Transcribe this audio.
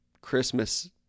Christmas